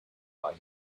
buy